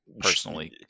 personally